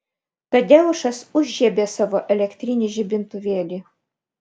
tadeušas užžiebė savo elektrinį žibintuvėlį